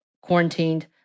quarantined